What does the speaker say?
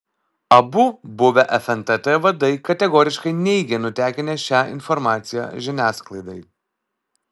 abu buvę fntt vadai kategoriškai neigia nutekinę šią informaciją žiniasklaidai